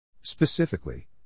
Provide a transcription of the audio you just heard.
Specifically